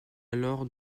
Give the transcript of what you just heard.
alors